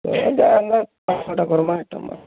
ହଁ ଯାହା ଏନ୍ତା ପାଞ୍ଚ୍ ଛଅଟା କରମା ଆଇଟମ୍